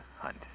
hunt